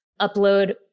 upload